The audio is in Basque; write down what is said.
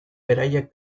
beraiek